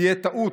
תהיה טעות,